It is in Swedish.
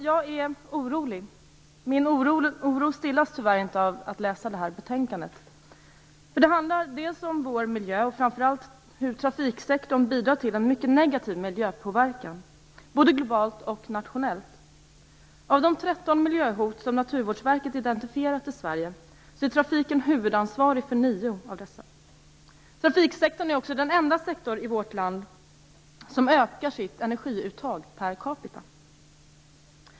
Jag är orolig, och min oro stillas tyvärr inte när jag läser detta betänkande. Det handlar till en del om vår miljö och hur framför allt trafiksektorn bidrar till en mycket negativ miljöpåverkan både globalt och nationellt. Av de 13 miljöhot som Naturvårdsverket identifierat i Sverige är trafiken huvudansvarig för 9. Trafiksektorn är också den enda sektorn i vårt land som ökar sitt energiuttag per capita.